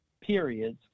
periods